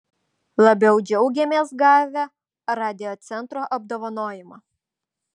labiau džiaugėmės gavę radiocentro apdovanojimą